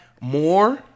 more